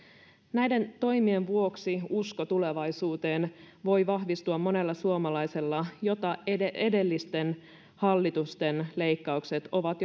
näiden toimien vuoksi usko tulevaisuuteen voi vahvistua monella suomalaisella jota edellisten hallitusten leikkaukset ovat